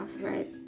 right